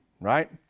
Right